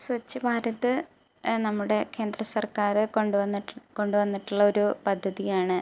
സ്വച്ഛ് ഭാരത് നമ്മുടെ കേന്ദ്ര സർക്കാർ കൊണ്ടു വന്നിട്ട് കൊണ്ട് വന്നിട്ടുള്ളൊരു പദ്ധതിയാണ്